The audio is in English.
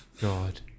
God